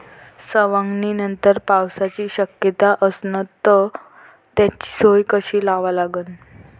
सवंगनीनंतर पावसाची शक्यता असन त त्याची सोय कशी लावा लागन?